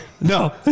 No